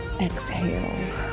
Exhale